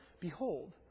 behold